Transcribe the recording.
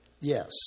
Yes